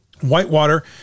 Whitewater